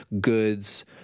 goods